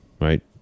right